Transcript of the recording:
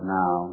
now